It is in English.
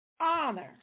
honor